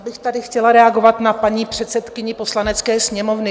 Já bych tady chtěla reagovat na paní předsedkyni Poslanecké sněmovny.